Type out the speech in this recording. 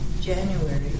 January